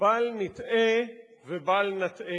בל נִטעה ובל נַטעה,